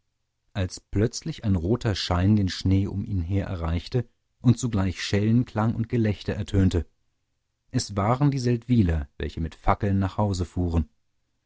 als plötzlich ein roter schein den schnee um ihn her erreichte und zugleich schellenklang und gelächter ertönte es waren die seldwyler welche mit fackeln nach hause fuhren